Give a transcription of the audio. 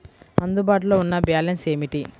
అందుబాటులో ఉన్న బ్యాలన్స్ ఏమిటీ?